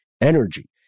energy